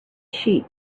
sheep